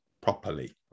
properly